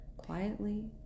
quietly